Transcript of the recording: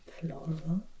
floral